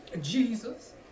Jesus